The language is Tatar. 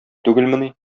түгелмени